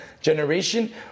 generation